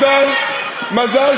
החקלאים מברכים